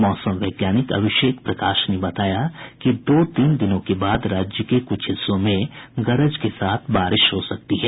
मौसम वैज्ञानिक अभिषेक प्रकाश ने बताया कि दो तीन दिनों के बाद राज्य के कुछ हिस्सों में गरज के साथ बारिश हो सकती है